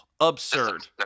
Absurd